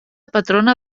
patrona